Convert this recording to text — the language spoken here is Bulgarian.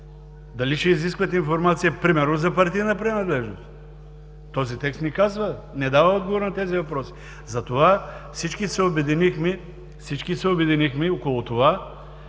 Дали ще изискват информация, примерно, за партийна принадлежност? Този текст не казва, не дава отговор на тези въпроси. Затова всички се обединихме около това